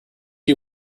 cue